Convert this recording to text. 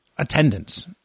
Attendance